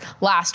last